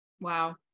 Wow